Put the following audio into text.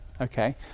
Okay